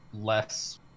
less